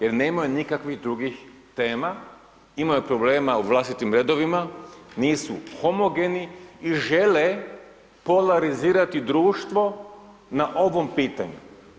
Jer nemaju nikakvih tema, imaju problema u vlastitim redovima, nisu homogeni i žele polarizirati društvo na ovom pitanju.